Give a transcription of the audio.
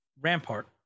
Rampart